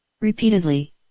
Repeatedly